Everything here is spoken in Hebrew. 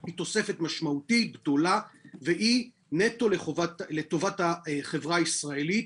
היא משמעותית וגדולה והיא נטו לטובת החברה הישראלית,